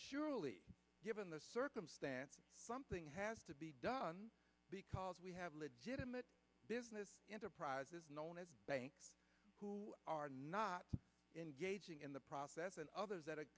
surely given the circumstance something has to be done because we have legitimate business enterprises who are not engaging in the process and others that are